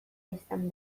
izan